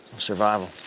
survival.